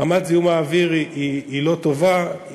רמת זיהום האוויר היא לא טובה,